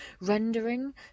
rendering